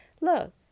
look